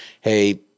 hey